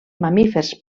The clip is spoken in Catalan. mamífers